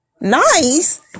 nice